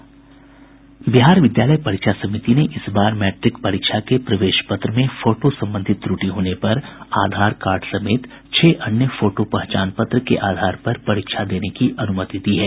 बिहार विद्यालय परीक्षा समिति ने इस बार मैट्रिक परीक्षा के प्रवेश पत्र में फोटो संबंधी त्रुटि होने पर आधार कार्ड समेत छह अन्य फोटो पहचान के आधार पर परीक्षा देने की अनुमति दी है